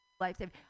life-saving